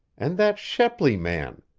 and that shepley man!